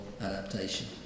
adaptation